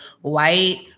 white